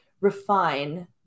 refine